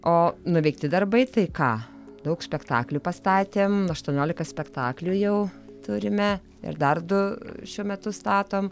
o nuveikti darbai tai ką daug spektaklių pastatėm aštuoniolika spektaklių jau turime ir dar du šiuo metu statom